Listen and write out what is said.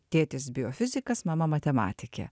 tėtis biofizikas mama matematikė